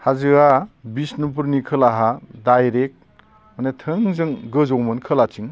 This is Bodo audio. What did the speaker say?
हाजोआ बिशनुपुरननि खोलाहा डाइरेक्ट माने थोंजों गोजौमोन खोलाथिं